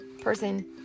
person